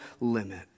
limit